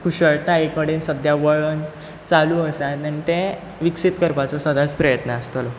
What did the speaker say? कुशळटाये कडेन सद्या वळन चालू आसा आनी तें विकसीत करपाचो सदांच प्रयत्न आसतलो